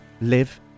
live